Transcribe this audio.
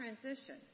transition